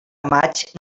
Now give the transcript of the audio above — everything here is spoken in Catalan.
maig